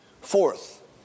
fourth